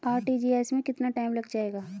RTGS में कितना time लग जाएगा?